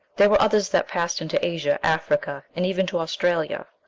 there were others that passed into asia, africa, and even to australia.